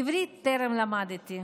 עברית טרם למדתי.